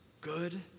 good